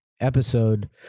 episode